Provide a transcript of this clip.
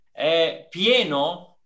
pieno